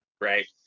Right